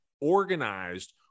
organized